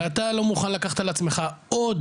ואתה לא מוכן לקחת על עצמך עוד